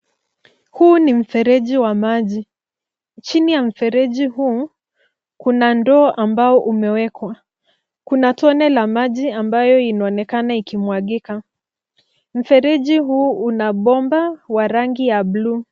Huu ni mfereji wa maji. Chini ya mfereji huu, kuna ndoo ambao umewekwa. Kuna tone la maji ambayo inaonekana ikimwagika. Mfereji huu una bomba wa rangi ya bluu.